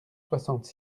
soixante